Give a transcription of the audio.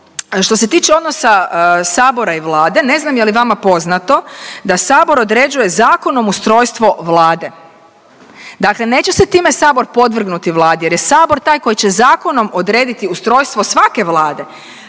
Što se tiče odnosa sabora i Vlade, ne znam je li vama poznato da sabor određuje zakonom ustrojstvo Vlade. Dakle, neće se time sabor podvrgnuti Vladi jer je sabor taj koji će zakonom odrediti ustrojstvo svake Vlade.